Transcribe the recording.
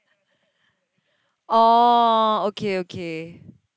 oh okay okay